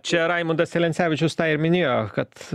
čia raimundas celencevičius tą ir minėjo kad